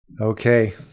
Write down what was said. Okay